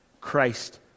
Christ